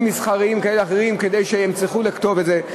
מסחריים כאלה ואחרים שיצטרכו לכתוב את זה.